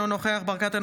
אינו נוכח ניר ברקת,